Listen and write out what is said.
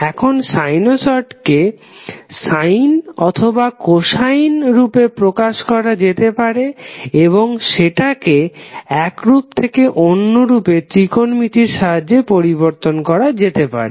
এখন সাইনসডকে সাইন অথবা কোসাইন রূপে প্রকাশ করা যেতে পারে এবং সেটাকে একরূপ থেকে অন্যরূপে ত্রিকোণমিতির সাহায্যে পরিবর্তন করা যেতে পারে